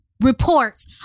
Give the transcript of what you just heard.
reports